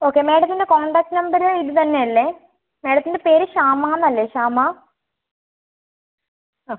okay മാഡത്തിൻ്റെ contact number ഇത് തന്നെ അല്ലേ മാഡത്തിൻ്റെ പേര് ശ്യാമ എന്ന് അല്ലേ ശ്യാമ ആ